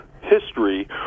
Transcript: history